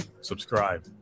subscribe